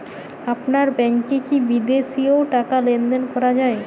আপনার ব্যাংকে কী বিদেশিও টাকা লেনদেন করা যায়?